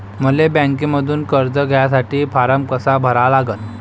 मले बँकेमंधून कर्ज घ्यासाठी फारम कसा भरा लागन?